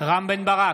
רם בן ברק,